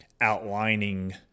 outlining